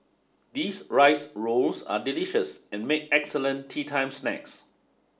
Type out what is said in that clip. these rice rolls are delicious and make excellent teatime snacks